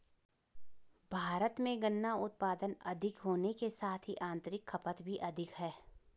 भारत में गन्ना उत्पादन अधिक होने के साथ ही आतंरिक खपत भी अधिक है